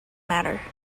matter